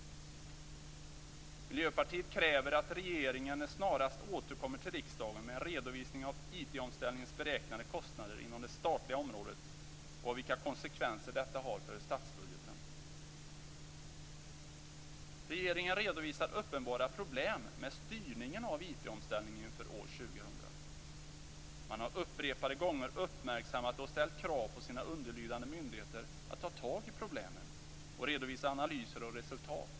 Miljöpartiet kräver att regeringen snarast återkommer till riksdagen med en redovisning av IT omställningens beräknade kostnader inom det statliga området och vilka konsekvenser detta har för statsbudgeten. Regeringen redovisar uppenbara problem med styrningen av IT-omställningen inför år 2000. Man har upprepade gånger uppmärksammat och ställt krav på sina underlydande myndigheter att ta tag i problemen och redovisa analyser och resultat.